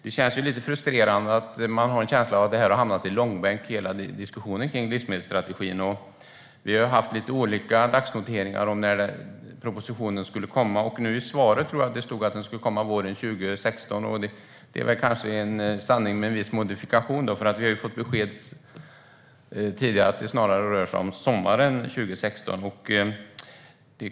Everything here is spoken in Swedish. Det känns lite frustrerande, och man har en känsla av att hela diskussionen om livsmedelsstrategin har hamnat i långbänk. Vi har haft olika dagsnoteringar om när propositionen skulle komma. Enligt svaret skulle den komma våren 2016, men det är kanske en sanning med viss modifikation. Tidigare har vi fått besked om att det snarare rör sig om sommaren 2016.